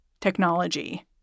technology